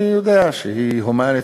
אני יודע שהיא הומנית,